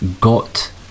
Got